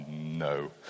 no